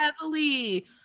heavily